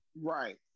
Right